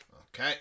Okay